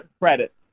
credit